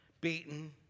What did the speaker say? beaten